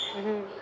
mmhmm